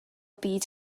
byd